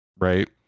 Right